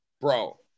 bro